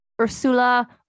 Ursula